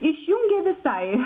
įšjungia visai